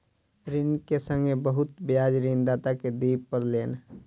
ऋण के संगै बहुत ब्याज ऋणदाता के दिअ पड़लैन